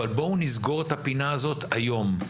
אבל בואו נסגור את הפינה הזאת היום,